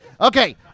okay